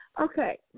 Okay